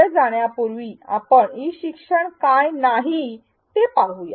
पुढे जाण्यापूर्वी आपण ई शिक्षण काय नाही ते पाहूया